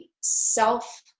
self